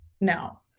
No